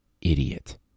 idiot